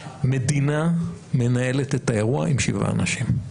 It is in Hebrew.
מדינה מנהלת את האירוע עם שבעה אנשים.